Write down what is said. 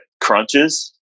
crunches